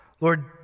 Lord